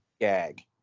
gag